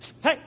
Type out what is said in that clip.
Hey